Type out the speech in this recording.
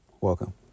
welcome